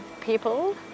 people